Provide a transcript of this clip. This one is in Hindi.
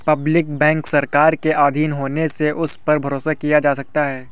पब्लिक बैंक सरकार के आधीन होने से उस पर भरोसा किया जा सकता है